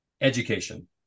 education